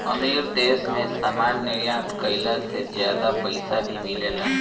अमीर देश मे सामान निर्यात कईला से ज्यादा पईसा भी मिलेला